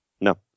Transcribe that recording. No